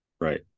Right